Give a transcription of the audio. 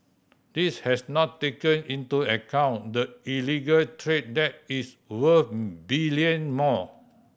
this has not taken into account the illegal trade that is worth billion more